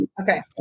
okay